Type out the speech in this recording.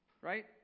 right